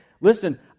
listen